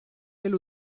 elles